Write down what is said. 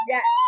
Yes